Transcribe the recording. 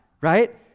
right